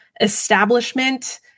establishment